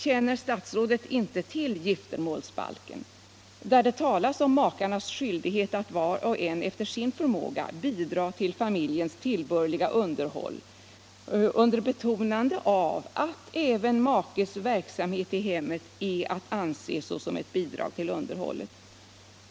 Känner statsrådet inte till giftermålsbalken, där det talas om makarnas skyldighet att var och en efter sin förmåga bidra till familjens tillbörliga underhåll med betonande av att även makarnas verksamhet i hemmet är att anse som ett bidrag till underhållet?